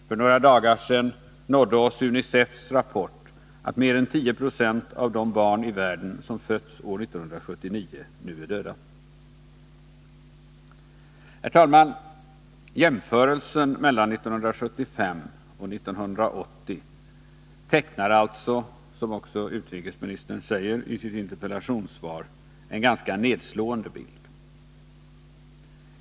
För några dagar sedan nådde oss UNICEF:s rapport att mer än 10 20 av de barn i världen som fötts år 1979 nu är döda. Herr talman! Jämförelsen mellan 1975 och 1980 tecknar alltså — såsom också utrikesministern säger i sitt interpellationssvar — en ganska nedslående bild.